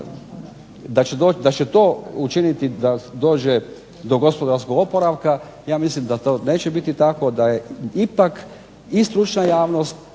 da će to učiniti da dođe do gospodarskog oporavka. Ja mislim da to neće biti tako, da je ipak i stručna javnost,